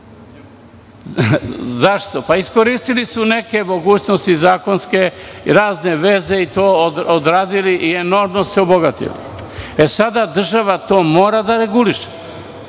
Zašto? Pa, iskoristili su neke mogućnosti zakonske, razne veze i to odradili i enormno se obogatili. Sada država to mora da reguliše.